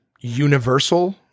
universal